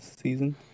season